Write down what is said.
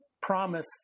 promise